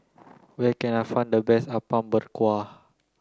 where can I find the best Apom Berkuah